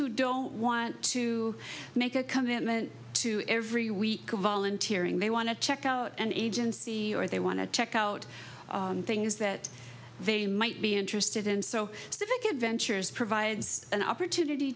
who don't want to make a commitment to every week i'm volunteering they want to check out an agency or they want to check out things that they might be interested in so civic adventures provides an opportunity